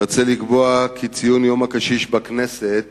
ארצה לקבוע כי ציון יום הקשיש בכנסת